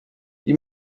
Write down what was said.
you